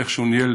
איך ניהל